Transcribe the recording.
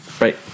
right